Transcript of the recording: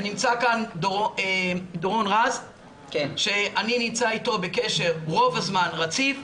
ונמצא כאן דורון רז אני נמצא איתו בקשר רוב הזמן רציף,